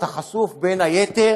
אתה חשוף בין היתר